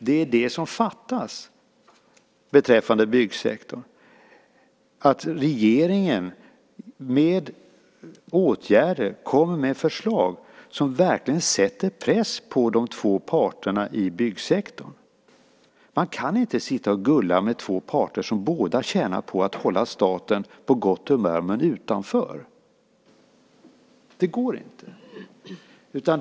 Det är det som fattas beträffande byggsektorn, att regeringen, med åtgärder, kommer med förslag som verkligen sätter press på de två parterna i byggsektorn. Man kan inte sitta och gulla med två parter som båda tjänar på att hålla staten på gott humör men utanför. Det går inte.